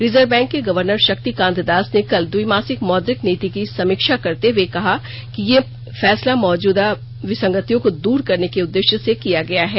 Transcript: reserve bank के governor Shaktikanta Das ने कल द्विमासिक मौद्रिक नीति की समीक्षा करते हुए कहा कि ये फैसला मौजूद विसंगतियों को दूर करने के उद्देश्य से किया गया है